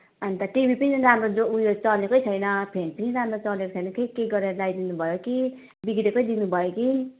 अन्त टिभी पनि राम्रो जो उयो चलेकै छैन फ्यान पनि राम्रो चलेको छैन खै के गरेर लाइदिनु भयो कि बिग्रेकै दिनु भयो कि